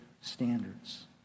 standards